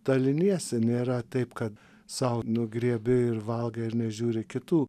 daliniesi nėra taip kad sau nugriebi ir valgai ir nežiūri kitų